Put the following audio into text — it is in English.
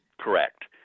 Correct